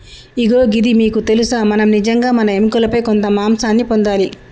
ఇగో గిది మీకు తెలుసా మనం నిజంగా మన ఎముకలపై కొంత మాంసాన్ని పొందాలి